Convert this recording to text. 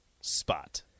spot